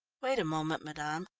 wait a moment, madame.